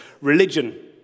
religion